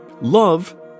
love